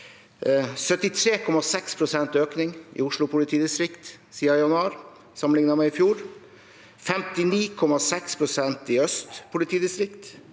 73,6 pst. økning i Oslo politidistrikt siden januar, sammenlignet med i fjor, 59,6 pst. i Øst politidistrikt,